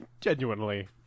genuinely